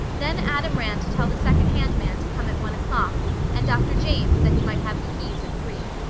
then adam ran to tell the second-hand man to come at one o'clock and dr. james that he might have the keys at three.